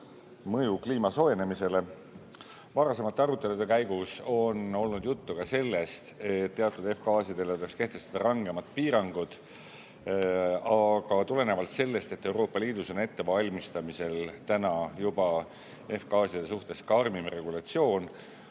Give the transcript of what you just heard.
mõju kliima soojenemisele. Varasemate arutelude käigus on olnud juttu ka sellest, et teatud F-gaasidele tuleks kehtestada rangemad piirangud. Aga tulenevalt sellest, et Euroopa Liidus on juba ettevalmistamisel F‑gaaside suhtes karmim regulatsioon,